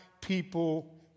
People